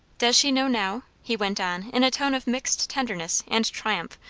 does she know now? he went on in a tone of mixed tenderness and triumph,